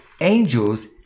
angels